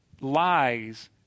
lies